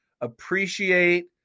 Appreciate